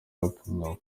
bapimwa